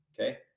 okay